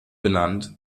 benannt